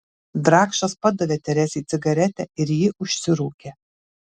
drakšas padavė teresei cigaretę ir ji užsirūkė